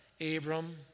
Abram